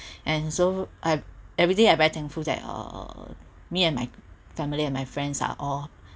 and so I everyday I very thankful that uh me and my family and my friends are all